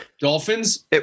Dolphins